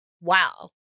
Wow